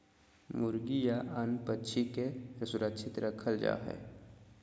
मुर्गी या अन्य पक्षि के सुरक्षित रखल जा हइ